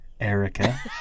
Erica